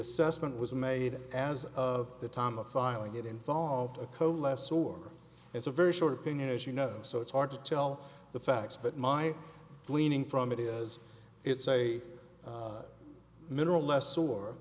assessment was made as of the time of filing it involved a coalesce or it's a very short opinion as you know so it's hard to tell the facts but my gleaning from it is it's a mineral less or